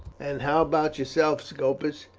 and how about yourself, scopus?